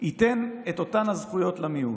הוא ייתן את אותן הזכויות למיעוט.